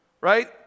right